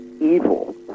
evil